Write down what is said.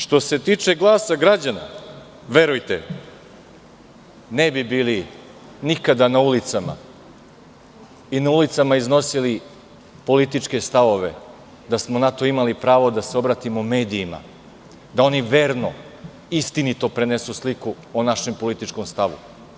Što se tiče glasa građana, verujte nikada ne bi bili na ulicama i iznosili političke stavove da smo na to imali pravo da se obratimo medijima, da oni verno i istinito prenesu sliku o našem političkom stavu.